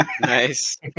Nice